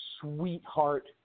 sweetheart